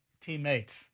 teammates